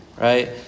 right